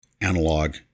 analog